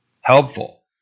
helpful